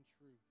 truth